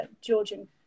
Georgian